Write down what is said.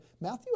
Matthew